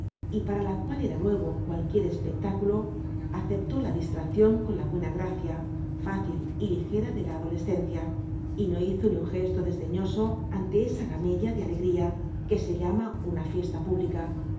y para la cual era nuevo cualquier espectáculo aceptó la distraccion con la buena gracia fácil y ligera de la adolescencia y no hizo ni un gesto desdeñoso ante esa gamella de alegría que se llama una fiesta pública